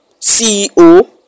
ceo